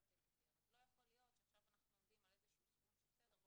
אז לא יכול להיות שעכשיו אנחנו עומדים על איזשהו סכום שבסדר,